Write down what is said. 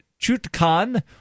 Chutkan